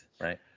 Right